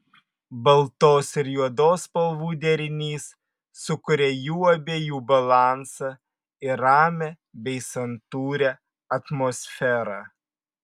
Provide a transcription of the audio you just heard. baltos ir juodos spalvų derinys sukuria jų abiejų balansą ir ramią bei santūrią atmosferą